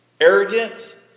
arrogant